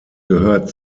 gehört